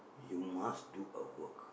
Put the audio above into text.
you must do a work